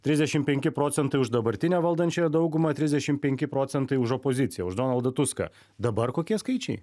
trisdešim penki procentai už dabartinę valdančiąją daugumą trisdešim penki procentai už opoziciją už donaldą tuską dabar kokie skaičiai